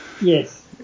yes